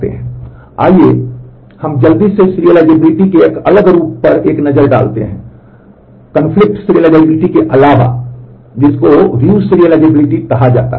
आइए हम जल्दी से सीरियलाइज़ेबिलिटी के एक अलग रूप पर एक नज़र डालते हैं विरोधाभासी सीरिज़ेबिलिटी कहा जाता है